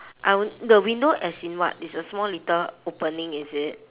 I w~ the window as in what it's a small little opening is it